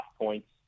points